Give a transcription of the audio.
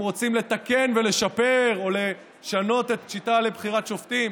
אם רוצים לתקן ולשפר או לשנות את השיטה לבחירת שופטים.